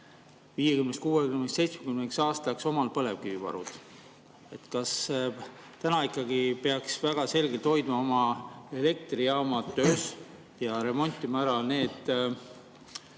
50, 60, 70 aastaks oma põlevkivivarud. Kas täna peaks väga selgelt hoidma oma elektrijaamad töös ja remontima ära need